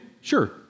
Sure